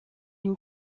une